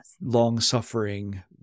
long-suffering